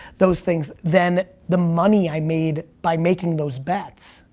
those things, than the money i made by making those bets.